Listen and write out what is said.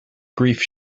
grief